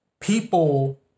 people